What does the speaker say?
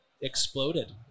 exploded